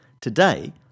Today